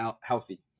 healthy